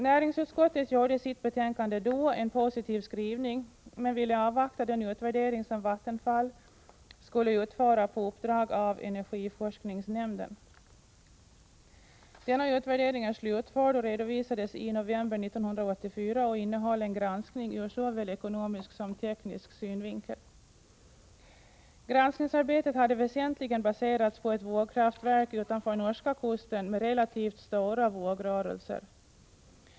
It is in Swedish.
Näringsutskottet gjorde i sitt betänkande då en positiv skrivning men ville avvakta den utvärdering som Vattenfall skulle utföra på uppdrag av energiforskningsnämnden. Denna utvärdering, som är slutförd och redovisades i november 1984, innehöll en granskning ur såväl ekonomisk som teknisk synvinkel. Granskningsarbetet hade väsentligen baserats på ett vågkraftverk utanför norska kusten med relativt stora vågrörelser.